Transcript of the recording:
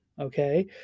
Okay